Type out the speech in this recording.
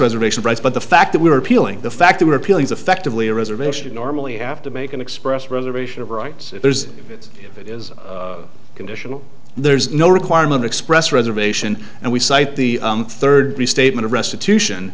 reservations rights but the fact that we were appealing the fact they were appealing is effectively a reservation normally have to make an express reservation of rights if there's if it is conditional there's no requirement expressed reservation and we cite the third restatement of restitution